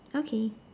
okay